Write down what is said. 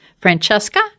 Francesca